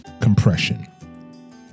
compression